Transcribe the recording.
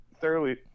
thoroughly